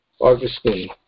Augustine